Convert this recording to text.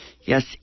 Yes